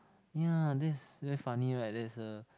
ya that's very funny right there is a